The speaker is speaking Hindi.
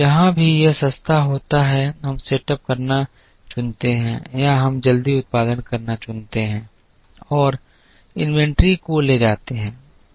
जहाँ भी यह सस्ता होता है हम सेटअप करना चुनते हैं या हम जल्दी उत्पादन करना चुनते हैं और इन्वेंट्री को ले जाते हैं